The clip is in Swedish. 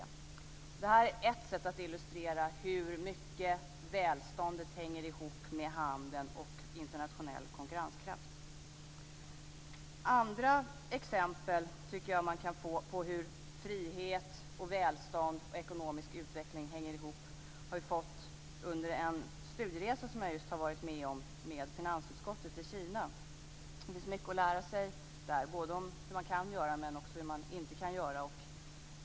Det här är ett sätt att illustrera hur mycket välståndet hänger ihop med handeln och internationell konkurrenskraft. Vi har under en studieresa som jag just har gjort med finansutskottet i Kina fått andra exempel på hur frihet och välstånd och ekonomisk utveckling hänger ihop. Det finns mycket att lära sig där, både hur man kan göra och hur man inte kan göra.